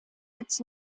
its